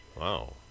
wow